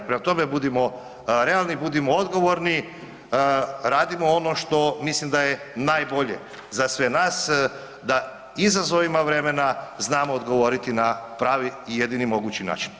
Prema tome, budimo realni, budimo odgovorni, radimo ono što mislim da je najbolje za sve nas, da izazovima vremena znamo odgovoriti na pravi i jedini mogući način.